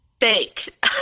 fake